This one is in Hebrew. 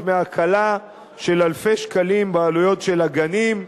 מהקלה של אלפי שקלים בעלויות של הגנים,